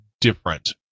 different